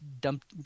dumped –